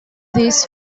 this